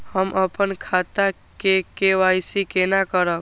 हम अपन खाता के के.वाई.सी केना करब?